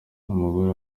umugore